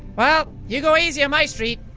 well, you go easy on my street.